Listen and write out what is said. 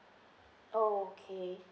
oh okay